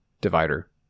divider